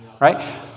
Right